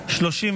נתקבלה.